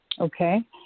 Okay